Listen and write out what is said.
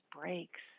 breaks